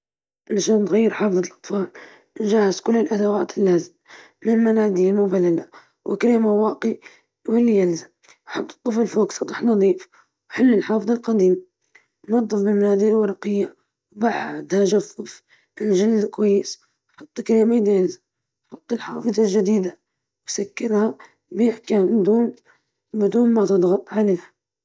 تبدأ بتغيير الطفل على سطح نظيف، تزيل الحفاضة القديمة، تنظف الطفل بلطف وتجففه، ثم تضع الحفاضة الجديدة وتركبها بشكل جيد.